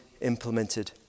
implemented